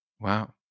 Wow